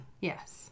yes